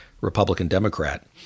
Republican-Democrat